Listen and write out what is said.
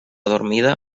dormida